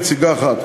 נציגה אחת,